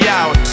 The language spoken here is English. out